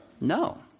No